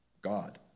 God